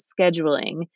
scheduling